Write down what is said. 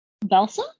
Balsa